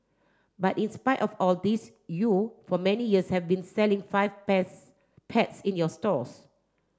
but in spite of all this you for many years have been selling five pets pets in your stores